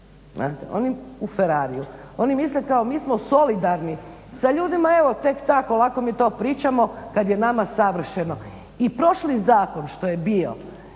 U Ferrariju. Oni misle kao mi smo solidarni. Sa ljudima, evo tek tako, lako mi to pričamo kad je nama savršeno. I prošli zakon što je bio